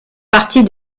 partie